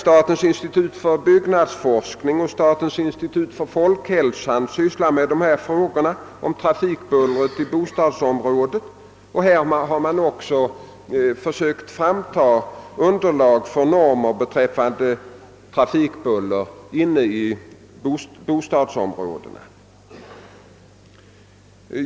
Statens institut för byggnadsforskning samt statens institut för folkhälsan sysslar likaledes med frågor som rör trafikbullret i bostadsområden. Även här har man försökt skaffa fram material som kan tjäna som underlag för normer beträffande trafikbuller inne i bostadsområdena.